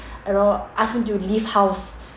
you know ask me to leave house